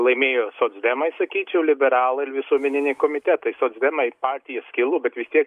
laimėjo socdemai sakyčiau liberalai ir visuomeniniai komitetai socdemai patys skilo bet vis tiek